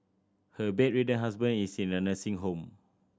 her bedridden husband is in a nursing home